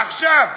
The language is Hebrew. עכשיו,